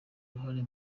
uruhare